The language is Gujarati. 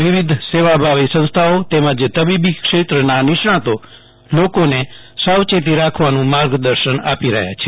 વિવિધ સેવાભાવી સંસ્થાઓ તેમજ તબીબી ક્ષેત્રના નિષ્ણાંતો લોકોને સાવચેતી રાખવાનું માર્ગદર્શન આપી રહ્યા છે